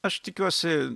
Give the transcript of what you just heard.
aš tikiuosi